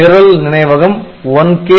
நிரல் நினைவகம் 1K X 1 B